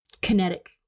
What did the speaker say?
Kinetic